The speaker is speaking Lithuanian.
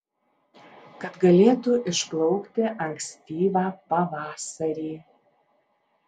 kad galėtų išplaukti ankstyvą pavasarį